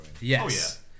Yes